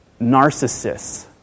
narcissists